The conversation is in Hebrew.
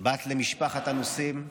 בת למשפחת אנוסים,